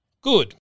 Good